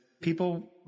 people